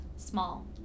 small